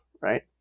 right